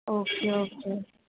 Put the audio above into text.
okay okay